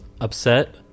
upset